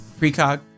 Precog